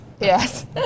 Yes